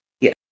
Yes